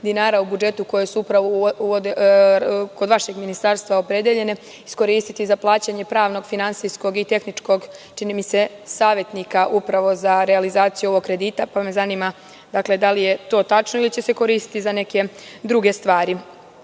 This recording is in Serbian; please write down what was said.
dinara u budžetu koje su upravo kod vašeg ministarstva opredeljene, iskoristiti za plaćanje pravnog finansijskog i tehničkog, čini mi se savetnika za realizaciju ovog kredita, pa me zanima, da li je to tačno ili će se koristiti za neke druge stvari. Zanima